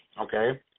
Okay